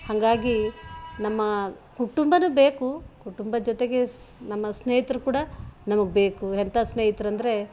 ಹಂಗಾಗಿ ನಮ್ಮ ಕುಟುಂಬ ಬೇಕು ಕುಟುಂಬದ ಜೊತೆಗೆ ಸ್ ನಮ್ಮ ಸ್ನೇಹಿತರು ಕೂಡ ನಮಗೆ ಬೇಕು ಎಂಥ ಸ್ನೇಹಿತರಂದರೆ